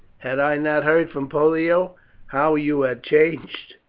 had i not heard from pollio how you had changed,